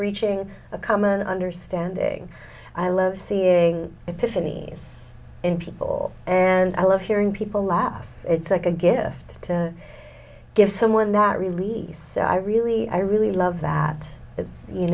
reaching a common understanding i love seeing if any in people and i love hearing people laugh it's like a gift to give someone that release i really i really love that it's you